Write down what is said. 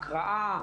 הקראה,